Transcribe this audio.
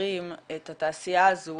ומגדרים את התעשייה הזאת